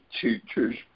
teachers